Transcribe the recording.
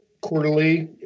quarterly